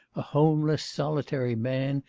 a homeless, solitary man,